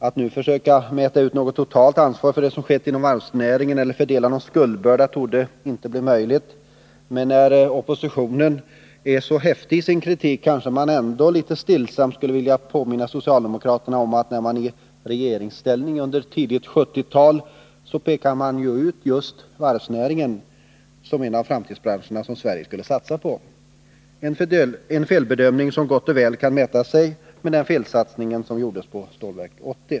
Att nu försöka mäta ut något totalt ansvar för det som har skett inom varvsnäringen eller fördela någon skuldbörda torde inte bli möjligt, men när oppositionen är så häftig i sin kritik kanske jag ändå litet stillsamt skulle påminna socialdemokraterna om att när de var i regeringsställning under tidigt 1970-tal så pekade de ut just varvsindustrin som en av de framtidsbranscher som Sverige skulle satsa på — en felbedömning som gott och väl kan mäta sig med den felsatsning som gjordes på Stålverk 80.